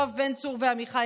אחר כך היה את החוק